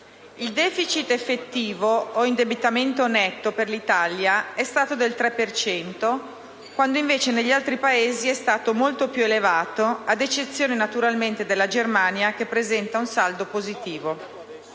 Il *deficit* effettivo o indebitamento netto per l'Italia è stato del 3 per cento, quando invece negli altri Paesi è stato molto più elevato, ad eccezione, naturalmente, della Germania, che presenta un saldo positivo.